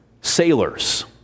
sailors